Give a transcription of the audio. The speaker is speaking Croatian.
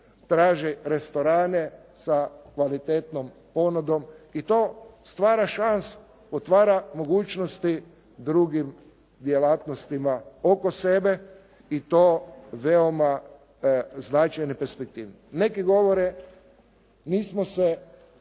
traže restorane sa kvalitetnom ponudom. I to stvara šansu, otvara mogućnosti drugim djelatnostima oko sebe i to veoma značajne i perspektivne. Neki govore nismo se